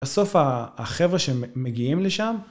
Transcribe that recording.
בסוף החבר'ה שמגיעים לשם